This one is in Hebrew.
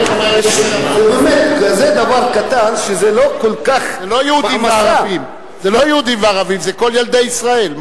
זה לא יהודים וערבים, זה כל ילדי ישראל.